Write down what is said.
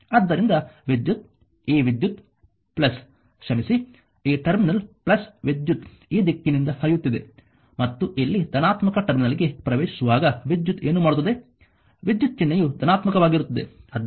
ಆದ್ದರಿಂದ ವಿದ್ಯುತ್ ಈ ವಿದ್ಯುತ್ ಕ್ಷಮಿಸಿ ಈ ಟರ್ಮಿನಲ್ ವಿದ್ಯುತ್ ಈ ದಿಕ್ಕಿನಿಂದ ಹರಿಯುತ್ತಿದೆ ಮತ್ತು ಇಲ್ಲಿ ಧನಾತ್ಮಕ ಟರ್ಮಿನಲ್ಗೆ ಪ್ರವೇಶಿಸುವಾಗ ವಿದ್ಯುತ್ ಏನು ಮಾಡುತ್ತದೆ ವಿದ್ಯುತ್ ಚಿಹ್ನೆಯು ಧನಾತ್ಮಕವಾಗಿರುತ್ತದೆ